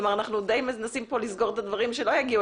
כלומר אנחנו מנסים שהדברים לא יגיעו